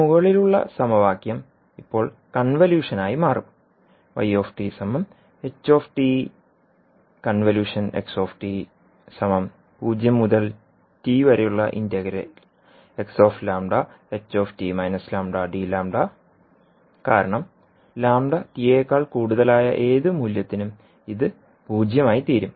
മുകളിലുള്ള സമവാക്യം ഇപ്പോൾ കൺവല്യൂഷനായി മാറും കാരണം ആയ ഏത് മൂല്യത്തിനും ഇത് 0 ആയിത്തീരും